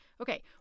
Okay